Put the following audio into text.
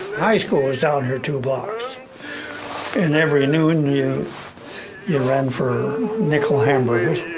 high school was down here two blocks and every noon, you you ran for nickel hamburgers.